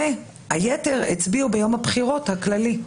והיתר הצביעו ביום הבחירות הכללי.